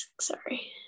sorry